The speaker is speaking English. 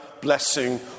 blessing